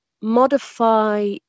modify